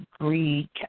Greek